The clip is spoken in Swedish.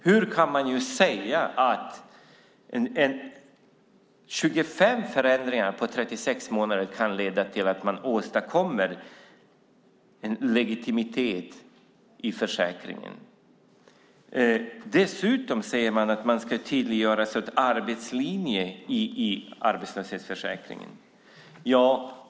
Hur kan man säga att 25 förändringar på 36 månader kan leda till att man åstadkommer en legitimitet i försäkringen? Dessutom säger man att man ska tydliggöra arbetslinjen i arbetslöshetsförsäkringen.